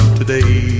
today